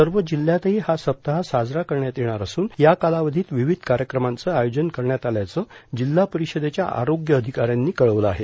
सर्व जिल्ह्यातही हा सप्ताह साजरा करण्यात येणार असून या कालावधीत विविध कार्यक्रमांचं आयोजन करण्यात आल्याचं जिल्हा परिषदेच्या आरोग्य अधिकाऱ्यांनी कळवलं आहे